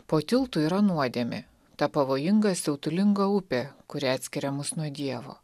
po tiltu yra nuodėmė ta pavojinga siautulinga upė kuri atskiria mus nuo dievo